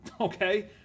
okay